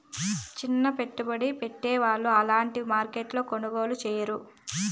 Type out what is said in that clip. సిన్న పెట్టుబడి పెట్టే వాళ్ళు అలాంటి మార్కెట్లో కొనుగోలు చేయలేరు